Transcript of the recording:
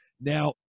Now